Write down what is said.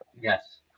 Yes